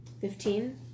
Fifteen